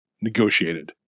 negotiated